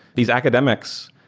these academics,